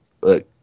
look